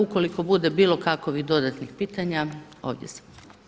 Ukoliko bude bilo kakvih dodatni pitanja, ovdje sam.